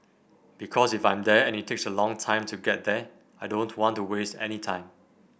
because if I'm there and it takes a long time to get there I don't want to waste any time